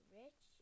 rich